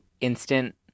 instant